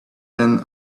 them